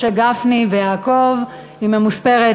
משה גפני ויעקב אשר,